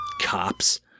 Cops